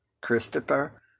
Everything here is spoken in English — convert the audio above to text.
Christopher